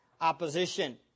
opposition